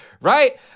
Right